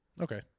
Okay